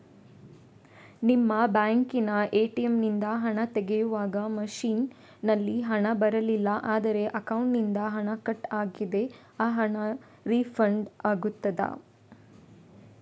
ನಿಮ್ಮ ಬ್ಯಾಂಕಿನ ಎ.ಟಿ.ಎಂ ನಿಂದ ಹಣ ತೆಗೆಯುವಾಗ ಮಷೀನ್ ನಲ್ಲಿ ಹಣ ಬರಲಿಲ್ಲ ಆದರೆ ಅಕೌಂಟಿನಿಂದ ಹಣ ಕಟ್ ಆಗಿದೆ ಆ ಹಣ ರೀಫಂಡ್ ಆಗುತ್ತದಾ?